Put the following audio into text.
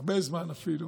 הרבה זמן אפילו,